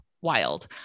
wild